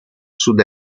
sud